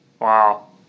wow